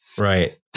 Right